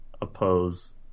oppose